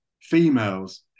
females